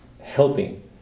helping